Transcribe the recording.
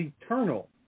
eternal